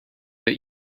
that